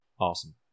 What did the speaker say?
Awesome